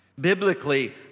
Biblically